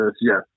Yes